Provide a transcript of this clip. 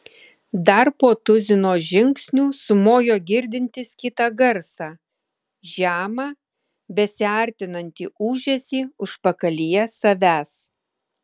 dar po tuzino žingsnių sumojo girdintis kitą garsą žemą besiartinantį ūžesį užpakalyje savęs